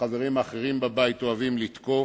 מהחברים האחרים בבית אוהבים לתקוף.